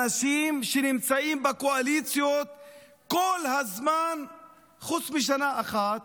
אנשים שנמצאים בקואליציות כל הזמן חוץ משנה אחת